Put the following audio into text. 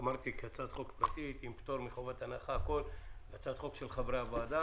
זה עניין של ימים.